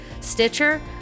Stitcher